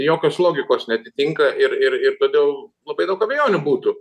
jokios logikos neatitinka ir ir ir todėl labai daug abejonių būtų